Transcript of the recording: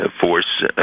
force